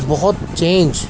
بہت چینج